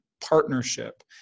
partnership